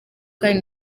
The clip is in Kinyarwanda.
kandi